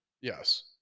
Yes